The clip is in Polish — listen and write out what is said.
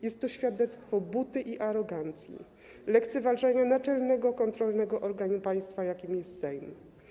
Jest to świadectwo buty i arogancji, lekceważenia naczelnego, kontrolnego organu państwa, jakim jest Sejm.